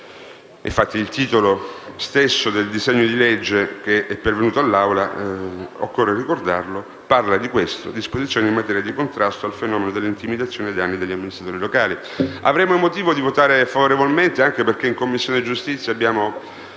Infatti, il titolo stesso del disegno di legge pervenuto all'Aula - occorre ricordarlo - parla di disposizioni in materia di contrasto al fenomeno delle intimidazioni ai danni degli amministratori locali. Avremmo motivo di votare favorevolmente anche perché in Commissione giustizia abbiamo